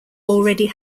already